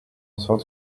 sorte